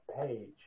page